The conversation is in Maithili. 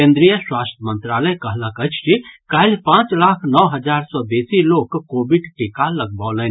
केन्द्रीय स्वास्थ्य मंत्रालय कहलक अछि जे काल्हि पांच लाख नओ हजार सँ बेसी लोक कोविड टीका लगबौलनि